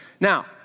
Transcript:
Now